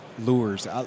lures